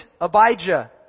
Abijah